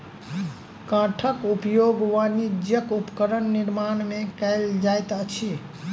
काठक उपयोग वाणिज्यक उपकरण निर्माण में कयल जाइत अछि